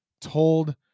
told